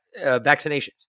vaccinations